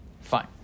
Fine